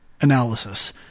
analysis